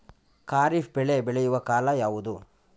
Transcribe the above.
ಖಾರಿಫ್ ಬೆಳೆ ಬೆಳೆಯುವ ಕಾಲ ಯಾವುದು?